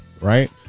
Right